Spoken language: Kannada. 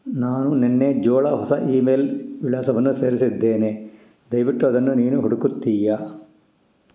ನಾನು ನಿನ್ನೆ ಜೋಳ ಹೊಸ ಇಮೇಲ್ ವಿಳಾಸವನ್ನು ಸೇರಿಸಿದ್ದೇನೆ ದಯವಿಟ್ಟು ಅದನ್ನು ನೀನು ಹುಡುಕುತ್ತೀಯಾ